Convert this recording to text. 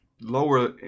lower